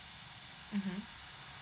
mmhmm